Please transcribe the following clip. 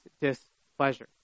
displeasure